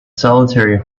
solitary